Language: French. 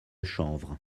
chanvre